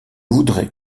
voudrais